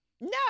No